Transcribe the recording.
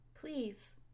Please